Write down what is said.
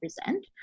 represent